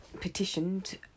petitioned